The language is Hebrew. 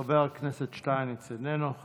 חבר הכנסת שטייניץ, איננו.